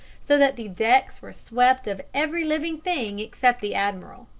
so that the decks were swept of every living thing except the admiral.